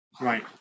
right